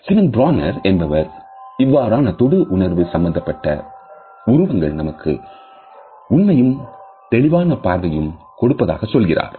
Simon Bronner என்பவர் இவ்வாறான தொடு உணர்வு சம்பந்தப்பட்ட உருவங்கள் நமக்கு உண்மையும்தெளிவான பார்வையை கொடுப்பதாக சொல்கிறார்